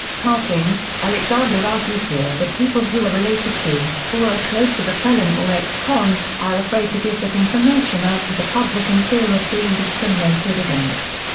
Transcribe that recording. passing alexander argues here that people who are related to, or are ah close with a felon or ex-con, are afraid to give that information out to the public in fear of being discriminated against.